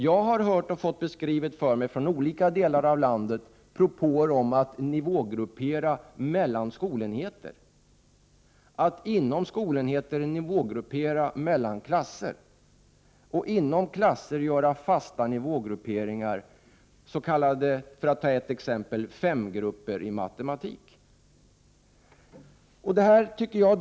Jag har hört propåer och fått beskrivningar från olika delar av landet om nivågruppering mellan skolenheter, nivågruppering mellan klasser inom skolenheter och fast nivågruppering inom klasser, s.k. femgrupper i matematik, för att ta ett exempel.